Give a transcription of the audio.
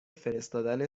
فرستادن